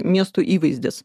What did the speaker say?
miestų įvaizdis